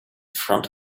front